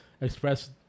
express